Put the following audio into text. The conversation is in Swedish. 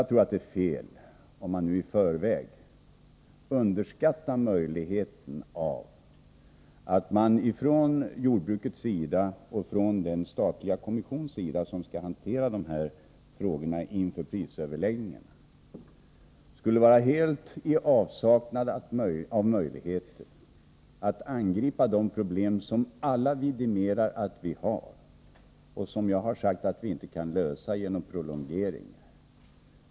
Jag tror att det är fel att i förväg underskatta de möjligheter man har inom jordbruket, och i den statliga kommission som skall hantera de här frågorna inför prisöverläggningarna, att angripa de problem som alla vidimerar finns — och säga att sådana möjligheter helt skulle saknas. Jag har sagt att vi inte kan lösa dessa problem genom prolongeringar.